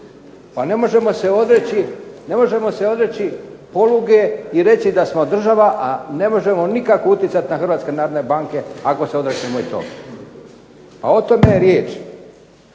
Pa ne možemo se odreći poluge i reći da smo država a ne možemo nikako utjecati na hrvatske narodne banke ako se .../Govornik se ne razumije./...